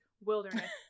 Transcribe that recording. wilderness